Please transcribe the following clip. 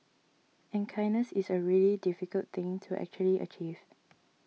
and kindness is a really difficult thing to actually achieve